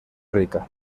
rica